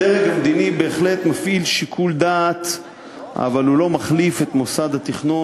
הדרג המדיני בהחלט מפעיל שיקול דעת אבל הוא לא מחליף את מוסד התכנון.